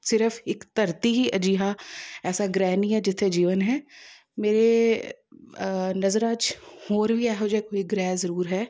ਸਿਰਫ ਇੱਕ ਧਰਤੀ ਹੀ ਅਜਿਹਾ ਐਸਾ ਗ੍ਰਹਿ ਨੀ ਹੈ ਜਿੱਥੇ ਜੀਵਨ ਹੈ ਮੇਰੇ ਨਜ਼ਰਾਂ ਚ ਹੋਰ ਵੀ ਇਹੋ ਜਿਹਾ ਕੋਈ ਗ੍ਰਹਿ ਜ਼ਰੂਰ ਹੈ